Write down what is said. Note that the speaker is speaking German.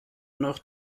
noch